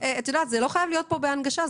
זה לא חייב להיות פה בהנגשה,